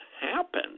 happen